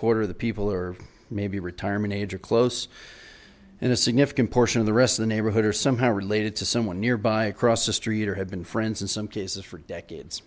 quarter of the people or maybe retirement age or close in a significant portion of the rest of the neighborhood are somehow related to someone nearby across the street or have been friends in some cases for decades